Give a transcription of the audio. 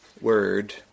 word